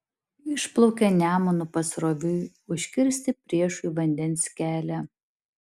išplaukė nemunu pasroviui užkirsti priešui vandens kelią